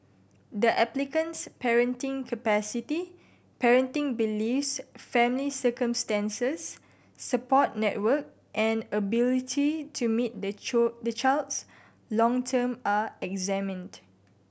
the applicant's parenting capacity parenting beliefs family circumstances support network and ability to meet the the child's long term are examined